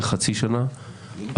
בחצי השנה האחרונה,